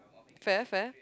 fair fair